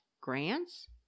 grants